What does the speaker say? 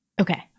Okay